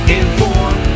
inform